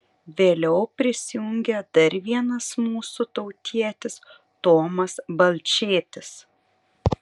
vėliau prisijungė dar vienas mūsų tautietis tomas balčėtis